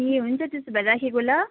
ए हुन्छ त्यसो भए राखेको ल